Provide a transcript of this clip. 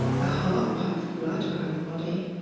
the heart pumps blood around the body.